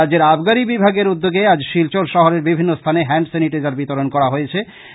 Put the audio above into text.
রাজ্যের আবগারী বিভাগের উদ্যোগে আজ শিলচর শহরের বিভিন্ন স্থানে হেন্ড সেনিটাইজার বিতরন করা হয়েছে